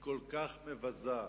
היא כל כך מבזה,